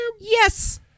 Yes